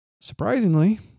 Surprisingly